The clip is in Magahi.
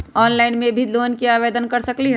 ऑनलाइन से भी लोन के आवेदन कर सकलीहल?